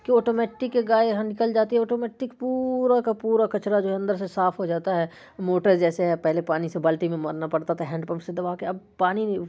کہ آٹومیٹک گائے یہاں نکل جاتی ہے آٹومیٹک پورا کا پورا کچرا جو ہے اندر سے صاف ہو جاتا ہے موٹر جیسے ہے پہلے پانی سے بالٹی میں مارنا پڑتا تھا ہینڈ پمپ سے دبا کے اب پانی